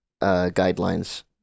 guidelines